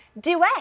duet